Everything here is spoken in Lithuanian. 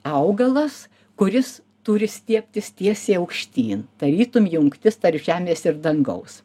augalas kuris turi stiebtis tiesiai aukštyn tarytum jungtis tarp žemės ir dangaus